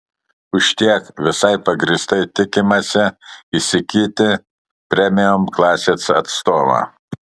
už tiek visai pagrįstai tikimasi įsigyti premium klasės atstovą